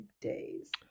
days